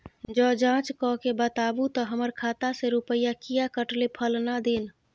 ज जॉंच कअ के बताबू त हमर खाता से रुपिया किये कटले फलना दिन?